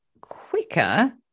quicker